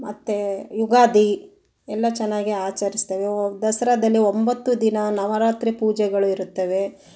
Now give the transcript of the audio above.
ಮತ್ತು ಯುಗಾದಿ ಎಲ್ಲ ಚೆನ್ನಾಗಿ ಆಚರಿಸ್ತೇವೆ ಓ ದಸರಾದಲ್ಲಿ ಒಂಬತ್ತು ದಿನ ನವರಾತ್ರಿ ಪೂಜೆಗಳು ಇರುತ್ತವೆ